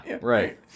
Right